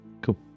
cool